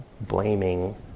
blaming